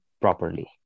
properly